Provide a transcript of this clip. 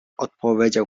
odpowiedział